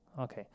Okay